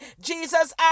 Jesus